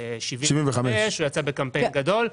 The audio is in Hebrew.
4.75% - הוא יצא בקמפיין גדול.